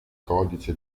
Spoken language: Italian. codice